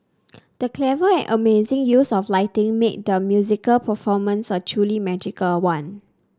the clever and amazing use of lighting made the musical performance a truly magical one